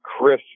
Chris